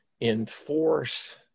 enforce